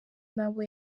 n’abo